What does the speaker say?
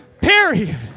period